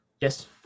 Yes